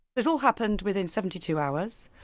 it all happened within seventy two hours.